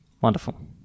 Wonderful